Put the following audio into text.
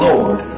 Lord